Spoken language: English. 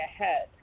ahead